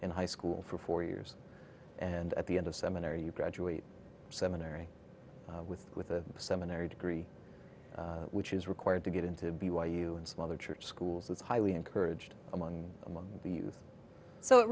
in high school for four years and at the end of seminary you graduate seminary with with a seminary degree which is required to get into b y u and some other church schools it's highly encouraged among among the youth so it